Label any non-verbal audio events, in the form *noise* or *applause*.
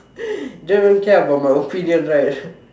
don't care about my opinion right *laughs*